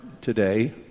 today